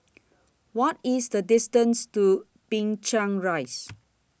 What IS The distance to Binchang Rise